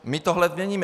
My tohle měníme.